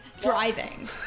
driving